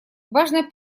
важно